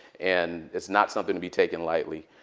and it's not something to be taken lightly.